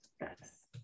yes